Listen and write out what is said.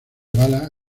bala